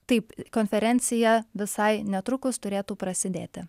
taip konferencija visai netrukus turėtų prasidėti